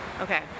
Okay